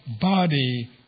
body